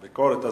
ביקורת.